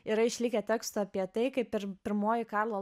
yra išlikę tekstų apie tai kaip ir pirmoji karlo